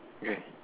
okay